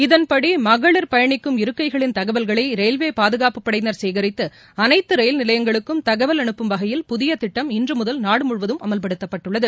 இதன்படி மகளிர் பயணிக்கும் இருக்கைகளின் தகவல்களை ரயில்வே பாதுகாப்புப்படையினர் சேகரித்து அனைத்து ரயில் நிலையங்களுக்கும் தகவல் அனுப்பும் வகையில் புதிய திட்டம் இன்று முதல் நாடு முழுவதும் அமல்படுத்தப்பட்டுள்ளது